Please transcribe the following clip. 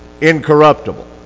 incorruptible